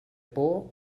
por